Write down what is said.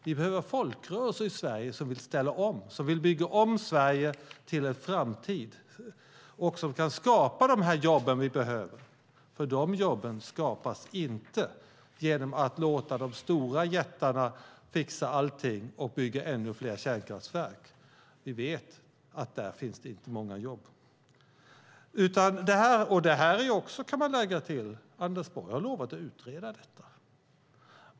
Vi behöver folkrörelser i Sverige som vill ställa om, som vill bygga om, Sverige till en framtid och som kan skapa de jobb vi behöver. De jobben skapas inte genom att låta de stora jättarna fixa allt och bygga ännu fler kärnkraftverk. Vi vet att där finns inte många jobb. Jag kan lägga till att Anders Borg har lovat att utreda detta.